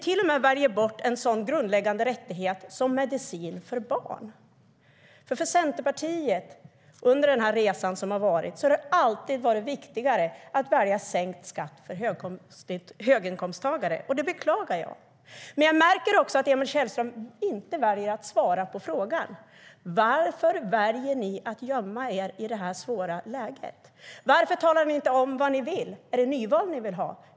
Ni väljer till och med bort en sådan grundläggande rättighet som medicin för barn. Under resan som varit har det för Centerpartiet alltid varit viktigare att välja sänkt skatt för höginkomsttagare. Det beklagar jag. Jag märker också att Emil Källström väljer att inte svara på frågorna. Varför väljer ni att gömma er i det här svåra läget? Varför talar ni inte om vad ni vill? Är det nyval ni vill ha?